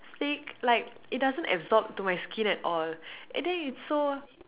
thick like it doesn't absorb to my skin at all and then it's so